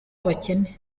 abakene